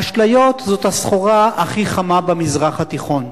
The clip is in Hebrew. אשליות זאת הסחורה הכי חמה במזרח התיכון,